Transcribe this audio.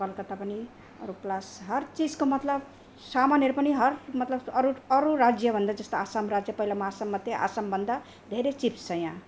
कलकत्ता पनि अरू प्लस हर चिजको मतलब सामानहरू पनि हर मतलब अरू अरू राज्यभन्दा जस्तो आसाम राज्य पहिला म आसाममा थिएँ आसामभन्दा धेरै चिप छ यहाँ